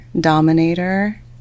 dominator